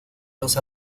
los